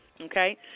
Okay